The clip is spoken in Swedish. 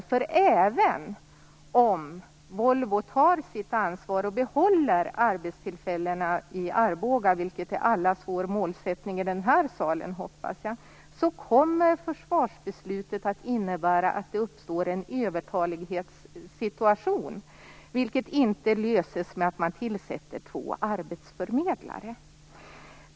Även om Volvo tar sitt ansvar och behåller arbetstillfällena i Arboga, vilket jag hoppas är allas vår målsättning i den här salen, kommer försvarsbeslutet att innebära att det uppstår en övertalighetssituation, som inte löses med att man tillsätter två arbetsförmedlare.